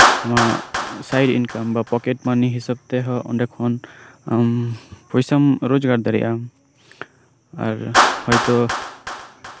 ᱟᱢᱟᱜ ᱥᱟᱭ ᱤᱱᱠᱟᱢ ᱥᱮ ᱯᱚᱠᱮᱴ ᱢᱟᱱᱤ ᱦᱤᱥᱟᱹᱵ ᱛᱮᱦᱚᱸ ᱚᱱᱰᱮ ᱠᱷᱚᱱ ᱯᱚᱭᱥᱟᱢ ᱨᱳᱡᱽᱜᱟᱨ ᱫᱟᱲᱮᱭᱟᱜᱼᱟ ᱟᱨ ᱟᱨ ᱦᱚᱭᱛᱳ